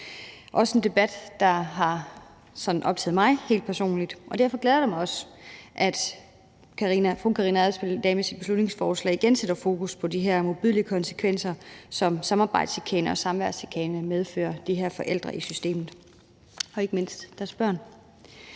Det er også en debat, der har optaget mig helt personligt, og derfor glæder det mig også, at fru Karina Adsbøl i dag med sit beslutningsforslag igen sætter fokus på de her modbydelige konsekvenser, som samarbejdschikane og samværschikane medfører for de her forældre i systemet og ikke mindst deres børn.